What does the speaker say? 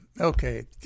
Okay